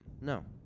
No